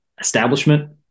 establishment